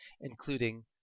including